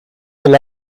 del